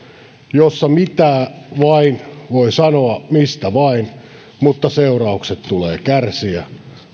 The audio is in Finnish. jossa mitä vain voi sanoa mistä vain mutta seuraukset tulee kärsiä